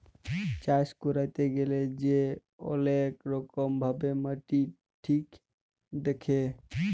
চাষ ক্যইরতে গ্যালে যে অলেক রকম ভাবে মাটি ঠিক দ্যাখে